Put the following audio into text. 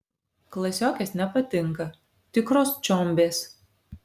klasiokės nepatinka tikros čiombės